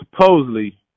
supposedly